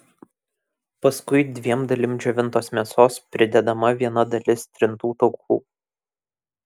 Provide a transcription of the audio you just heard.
paskui dviem dalim džiovintos mėsos pridedama viena dalis trintų taukų